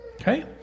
Okay